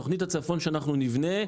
תכנית הצפון שאנחנו נבנה,